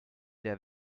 der